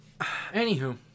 Anywho